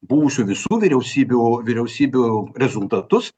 buvusių visų vyriausybių vyriausybių rezultatus